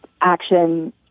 action